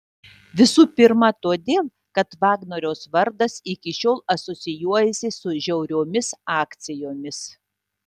visų pirma todėl kad vagnoriaus vardas iki šiol asocijuojasi su žiauriomis akcijomis